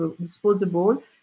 disposable